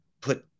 put